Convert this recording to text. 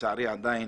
ולצערי עדיין